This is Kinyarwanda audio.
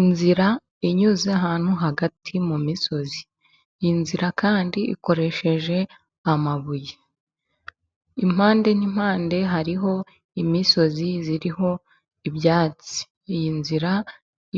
Inzira inyuze ahantu hagati mu misozi, iyi nzira kandi ikoresheje amabuye, impande n'impande hariho imisozi iriho ibyatsi ,iyi nzira